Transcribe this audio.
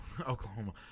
oklahoma